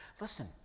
Listen